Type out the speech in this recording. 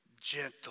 Gentle